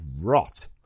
rot